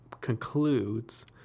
concludes